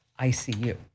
ICU